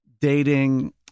dating